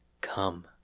Come